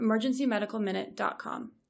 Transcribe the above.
emergencymedicalminute.com